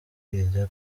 kiliziya